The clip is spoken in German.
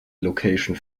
location